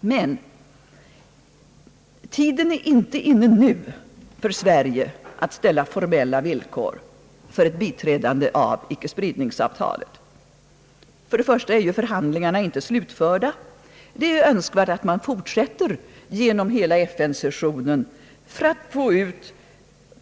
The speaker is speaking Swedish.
Men tiden är inte heller nu inne för Sverige att ställa formella villkor för ett biträdande av icke-spridnings-avtalet. För det första är förhandlingarna inte slutförda. Det är önskvärt att man fortsätter genom hela FN-sessionen för att